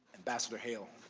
ambassador hail,